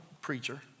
preacher